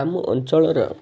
ଆମ ଅଞ୍ଚଳର